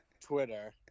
Twitter